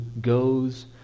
goes